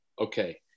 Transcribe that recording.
okay